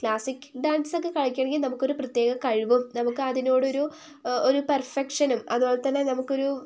classic ഡാൻസൊക്കെ കളിക്കണമെങ്കിൽ നമുക്കൊരു പ്രത്യേക കഴിവും നമുക്കതിനോട് ഒരു ഒരു പെർഫെക്ഷനും അതുപോലെതന്നെ നമുക്കൊരു